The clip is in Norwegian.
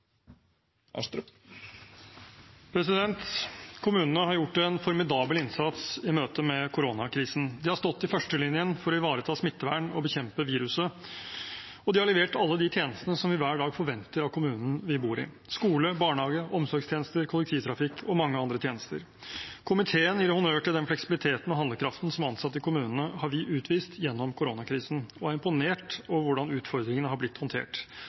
avslutta. Kommunene har gjort en formidabel innsats i møte med koronakrisen. De har stått i førstelinjen for å ivareta smittevern og bekjempe viruset, og de har levert alle de tjenestene som vi hver dag forventer av kommunen vi bor i – skole, barnehage, omsorgstjenester, kollektivtrafikk og mange andre tjenester. Komiteen gir honnør for den fleksibiliteten og handlekraften som ansatte i kommunene har utvist gjennom koronakrisen, og er imponert over hvordan utfordringene har blitt håndtert.